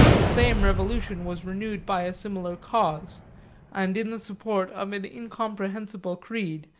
the same revolution was renewed by a similar cause and in the support of an incomprehensible creed,